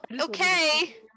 okay